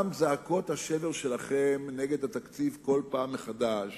גם זעקות השבר שלכם נגד התקציב בכל פעם מחדש,